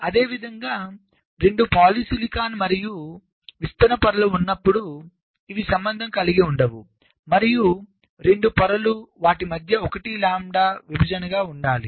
అదేవిధంగా 2 పాలిసిలికాన్ మరియు విస్తరణ పొరలు ఉన్నప్పుడు ఇవి సంబంధం కలిగి ఉండవు మరియు 2 పొరలు వాటి మధ్య 1 లాంబ్డా విభజనగా ఉండాలి